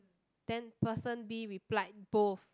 then person B replied both